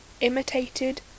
imitated